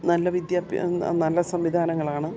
നല്ല നല്ല സംവിധാനങ്ങളാണ്